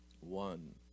one